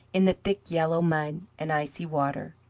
in the thick yellow mud and icy water.